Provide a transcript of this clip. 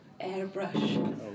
airbrush